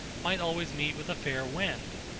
might always meet with a fair wind.